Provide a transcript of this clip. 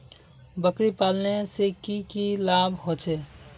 बकरी पालने से की की लाभ होचे?